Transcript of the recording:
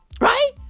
Right